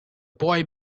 boy